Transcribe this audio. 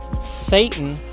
satan